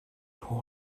who